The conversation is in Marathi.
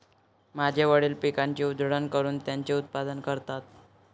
माझे वडील पिकाची उधळण करून त्याचे उत्पादन करतात